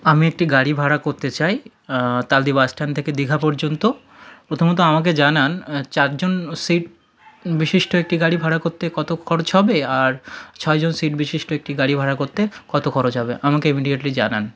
আমি একটি গাড়ি ভাড়া করতে চাই তালদি বাসস্ট্যান্ড থেকে দীঘা পর্যন্ত প্রথমত আমাকে জানান চারজন সিট বিশিষ্ট একটি গাড়ি ভাড়া করতে কত খরচ হবে আর ছয় জন সিট বিশিষ্ট একটি গাড়ি ভাড়া করতে কত খরচ হবে আমাকে ইমিডিয়েটলি জানান